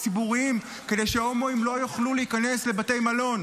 ציבוריים כדי שהומואים לא יוכלו להיכנס לבתי מלון,